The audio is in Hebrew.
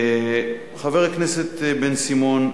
חבר הכנסת בן-סימון,